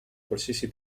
qualsiasi